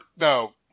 No